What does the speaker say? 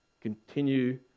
Continue